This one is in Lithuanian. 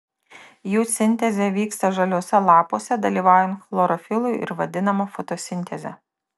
jų sintezė vyksta žaliuose lapuose dalyvaujant chlorofilui ir vadinama fotosinteze